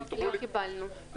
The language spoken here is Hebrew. לא קיבלנו.